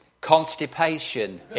constipation